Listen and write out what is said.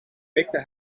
mikte